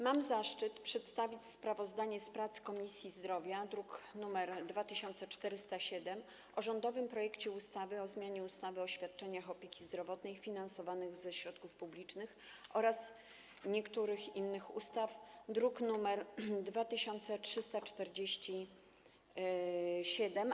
Mam zaszczyt przedstawić sprawozdanie z prac Komisji Zdrowia, druk nr 2407, o rządowym projekcie ustawy o zmianie ustawy o świadczeniach opieki zdrowotnej finansowanych ze środków publicznych oraz niektórych innych ustaw, druk nr 2347.